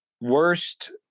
Worst